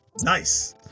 Nice